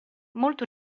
molto